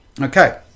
Okay